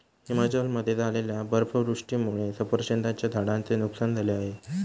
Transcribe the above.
हिमाचलमध्ये झालेल्या बर्फवृष्टीमुळे सफरचंदाच्या झाडांचे नुकसान झाले आहे